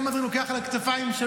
כמה דברים הוא לוקח על הכתפיים שלו.